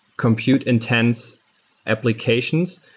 compute intents applications,